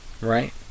Right